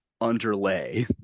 underlay